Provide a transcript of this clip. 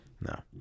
no